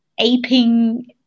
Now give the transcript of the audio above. aping